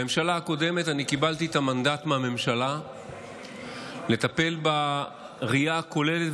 בממשלה הקודמת אני קיבלתי את המנדט מהממשלה לטפל בראייה הכוללת,